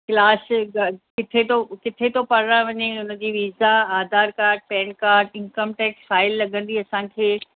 class क किथे तो किथे तो पढ़ण वञे उनजी visa Aadhaar card PAN card income tax file लॻंदी असांखे